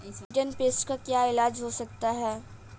rinderpest का क्या इलाज हो सकता है